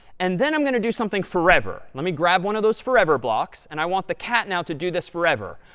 and then i'm going to do something forever. let me grab one of those forever blocks. and i want the cat now to do this forever.